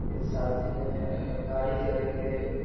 फिर शादी में गाड़ी करेंगे